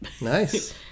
Nice